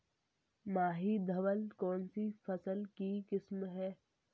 माही धवल कौनसी फसल की किस्म है?